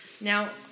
Now